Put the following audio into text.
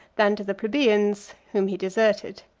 than to the plebeians, whom he deserted.